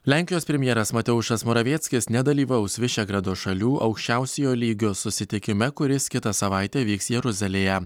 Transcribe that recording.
lenkijos premjeras mateušas moravieckis nedalyvaus višegrado šalių aukščiausiojo lygio susitikime kuris kitą savaitę vyks jeruzalėje